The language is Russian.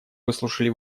выслушали